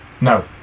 no